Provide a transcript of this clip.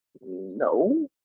no